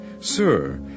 Sir